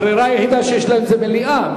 הברירה היחידה שיש להם זה מליאה,